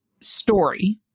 story